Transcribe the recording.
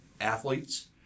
athletes